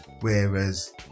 Whereas